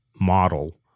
model